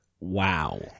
Wow